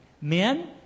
Men